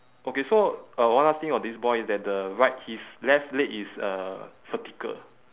okay so uh one last thing about this boy is that the right his left leg is uh vertical